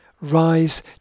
Rise